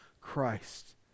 Christ